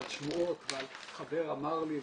על שמועות ועל "חבר אמר לי",